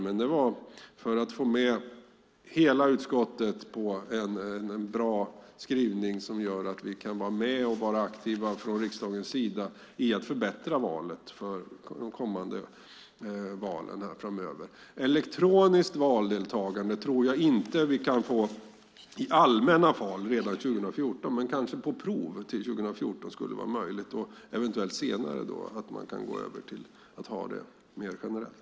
Det var dock nödvändigt för att få med hela utskottet på en bra skrivning där vi från riksdagens sida är aktiva i att förbättra förfarandet i kommande val. Jag tror inte att vi kan få elektronisk röstning i allmänna val redan 2014, men det skulle kanske vara möjligt på prov. Eventuellt kan man senare gå över till det mer generellt.